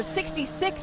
66